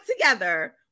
together